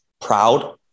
proud